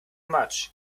much